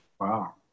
Wow